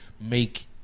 make